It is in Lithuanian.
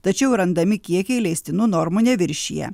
tačiau randami kiekiai leistinų normų neviršija